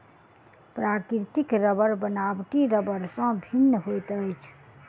प्राकृतिक रबड़ बनावटी रबड़ सॅ भिन्न होइत अछि